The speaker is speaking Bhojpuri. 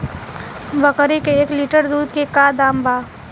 बकरी के एक लीटर दूध के का दाम बा?